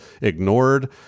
ignored